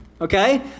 Okay